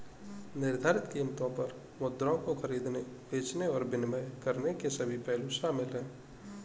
निर्धारित कीमतों पर मुद्राओं को खरीदने, बेचने और विनिमय करने के सभी पहलू शामिल हैं